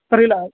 sir ಇಲ್ಲ